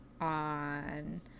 on